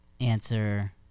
answer